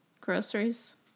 Groceries